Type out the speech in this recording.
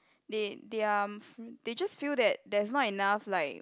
they they are they just feel that there's not enough like